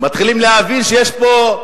מתחילים להבין שיש פה,